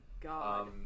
God